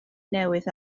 newydd